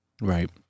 Right